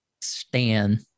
Stan